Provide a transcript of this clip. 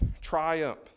triumph